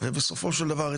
ובסופו של דבר,